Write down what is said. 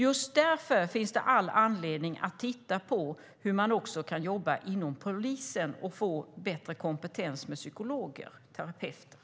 Just därför finns det all anledning att titta på hur man kan jobba inom polisen och få bättre kompetens med psykologer och terapeuter.